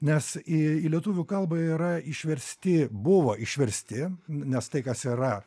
nes į į lietuvių kalbą yra išversti buvo išversti nes tai kas yra